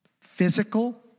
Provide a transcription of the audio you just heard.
physical